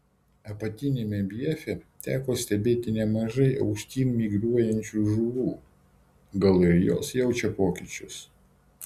apatiniame bjefe teko stebėti nemažai aukštyn migruojančių žuvų gal ir jos jaučia pokyčius